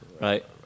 right